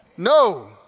No